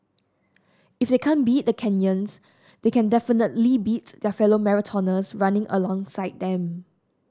if they can't beat the Kenyans they can definitely beat their fellow marathoners running alongside them